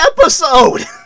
episode